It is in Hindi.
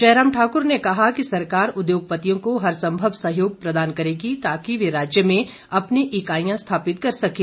जयराम ठाकुर ने कहा कि सरकार उद्योगपतियों को हर संभव सहयोग प्रदान करेगी ताकि वे राज्य में अपनी इकाईयां स्थापित कर सकें